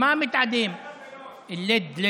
לוד.